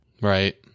right